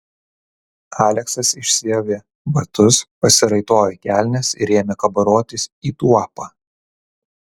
aleksas išsiavė batus pasiraitojo kelnes ir ėmė kabarotis į tuopą